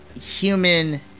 Human